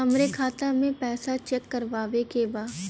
हमरे खाता मे पैसा चेक करवावे के बा?